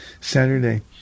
Saturday